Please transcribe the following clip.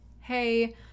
hey